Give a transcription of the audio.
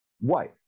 wife